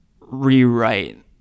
rewrite